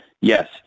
yes